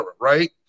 right